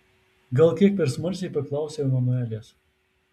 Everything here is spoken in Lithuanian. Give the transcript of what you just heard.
gal kiek per smalsiai paklausiau emanuelės